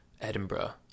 Edinburgh